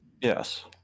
Yes